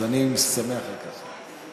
אני שמח על כך.